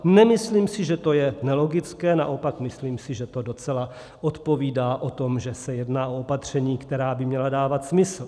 Nemyslím si, že to je nelogické, naopak, myslím si, že to docela odpovídá tomu, že se jedná o opatření, která by měla dávat smysl.